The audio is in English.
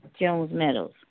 Jones-Meadows